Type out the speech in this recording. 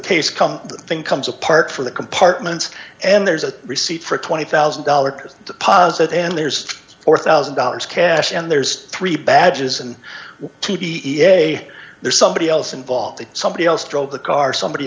case come thing comes apart from the compartments and there's a receipt for twenty thousand dollars deposit and there's four thousand dollars cash and there's three badges and t e a there's somebody else involved somebody else drove the car somebody